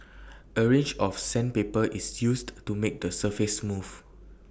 A range of sandpaper is used to make the surface smooth